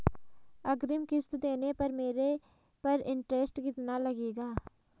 अग्रिम किश्त देने पर मेरे पर इंट्रेस्ट कितना लगेगा?